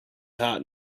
hot